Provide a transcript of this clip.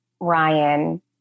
Ryan